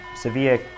Sevilla